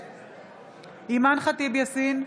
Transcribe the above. אימאן ח'טיב יאסין,